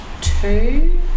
two